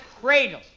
cradle